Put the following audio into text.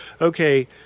okay